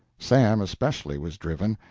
sam, especially, was driven.